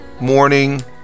Morning